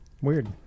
Weird